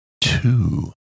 Two